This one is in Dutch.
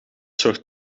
soort